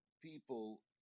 people